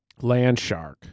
Landshark